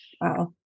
Wow